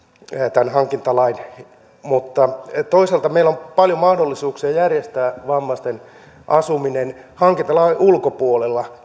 tämän hankintalain ulkopuolelle mutta toisaalta meillä on paljon mahdollisuuksia järjestää vammaisten asuminen hankintalain ulkopuolella